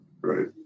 right